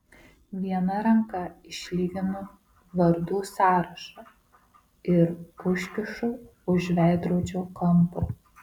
viena ranka išlyginu vardų sąrašą ir užkišu už veidrodžio kampo